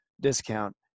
discount